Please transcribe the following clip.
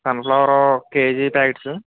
sunflower ఒక KG pockets